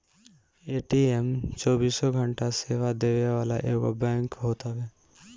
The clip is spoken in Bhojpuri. ए.टी.एम चौबीसों घंटा सेवा देवे वाला एगो बैंक होत हवे